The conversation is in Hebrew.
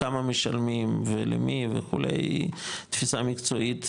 כמה משלמים ולמי וכו' היא תפיסה מקצועית,